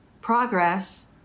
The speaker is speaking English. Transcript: progress